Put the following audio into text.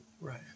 Right